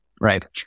right